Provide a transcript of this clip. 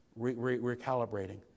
recalibrating